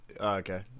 Okay